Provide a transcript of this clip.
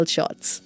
Shots